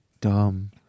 dumb